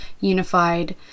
unified